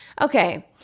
Okay